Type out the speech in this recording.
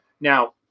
Now